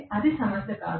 అది సమస్య కాదు